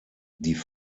die